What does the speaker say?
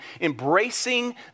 embracing